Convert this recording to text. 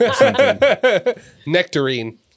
Nectarine